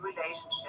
relationship